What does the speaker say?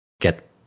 get